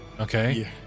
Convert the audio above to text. okay